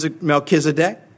Melchizedek